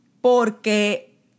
Porque